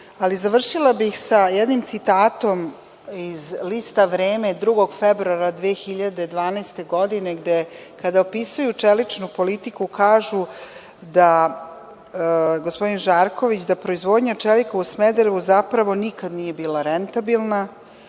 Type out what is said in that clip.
Završila bih sa jednim citatom iz lista „Vreme“ od 2. februara 2012. godine gde kada opisuju čeličnu politiku kažu, gospodin Žarković, da proizvodnja čelika u Smederevu zapravo nikada nije bila rentabilna,